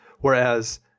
whereas